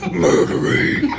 murdering